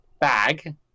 bag